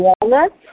walnuts